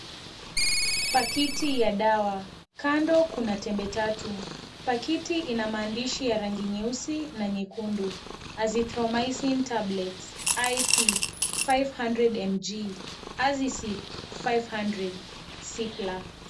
Pakiti ya dawa, kando kuna tembe tatu, pakiti ina maandishi ya rangi nyeusi na nyekundu, (cs)Azithromising tablet, Ip,500mg,azisip, 500, cipla(cs).